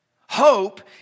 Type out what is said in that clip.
Hope